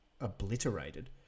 obliterated